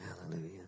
Hallelujah